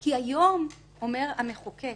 כי היום אומר המחוקק: